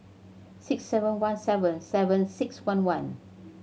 six seven one seven seven six one one